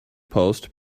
post